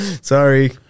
sorry